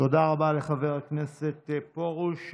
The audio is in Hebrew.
תודה רבה לחבר הכנסת פרוש.